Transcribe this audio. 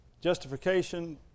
Justification